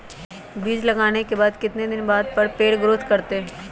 बीज लगाने के बाद कितने दिन बाद पर पेड़ ग्रोथ करते हैं?